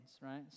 right